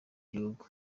gihugu